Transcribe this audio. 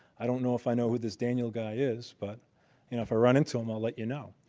i don't know if i know who this daniel guy is, but you know if i run into him, i'll let you know.